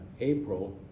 April